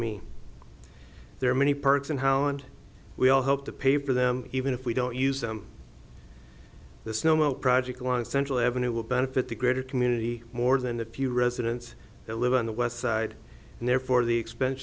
me there are many perks and how and we all hope to pay for them even if we don't use them the snowmelt project on central avenue will benefit the greater community more than the few residents that live on the west side and therefore the expense